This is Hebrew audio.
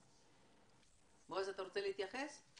בועז, אתה רוצה להתייחס?